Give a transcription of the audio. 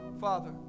Father